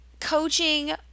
coaching